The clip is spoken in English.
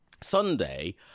sunday